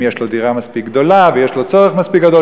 אם יש לו דירה מספיק גדולה ויש לו צורך מספיק גדול,